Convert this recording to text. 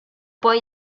poi